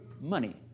money